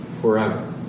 forever